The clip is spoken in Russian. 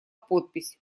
подпись